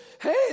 hey